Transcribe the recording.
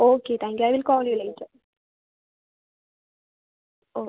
okay thank you I will call you later okay